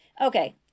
Okay